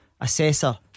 assessor